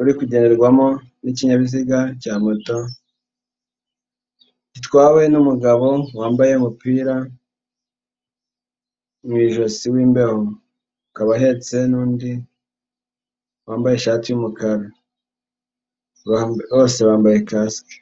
uri kugenderwamo n'ikinyabiziga cya moto, gitwawe n'umugabo wambaye umupira mu ijosi w'imbeho, akaba ahetse n'undi wambaye ishati y'umukara, bose bambaye kasike.